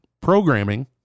programming